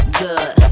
good